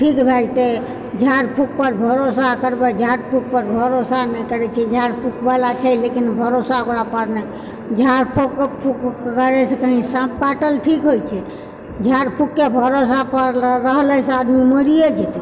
ठीक भए जेतै झाड़ फूक पर भरोसा करबै झाड़ फूक पर भरोसा नहि करै छिऐ झाड़ फूक बला छै लेकिन भरोसा ओकरा पर नहि झाड़ फूको फूक करैसँ कही साँप काटल ठीक होइ छै झाड़ फूकके भरोसा पर रहलै से आदमी मरिए जेतै